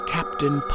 Captain